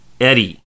Eddie